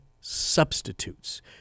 substitutes